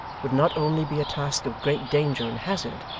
would not only be a task of great danger and hazard,